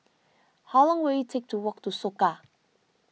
how long will it take to walk to Soka